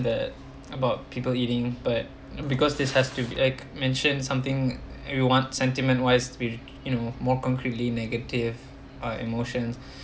that about people eating but because this has to be like mentioned something everyone sentiment wise you you know more concretely negative or emotion